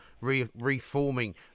reforming